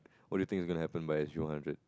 what do you think gonna happen by S_G one hundred